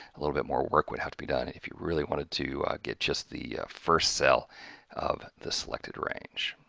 a little bit more work would have to be done if you really wanted to get just, the first cell of the selected range.